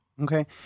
Okay